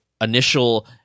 initial